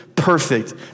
perfect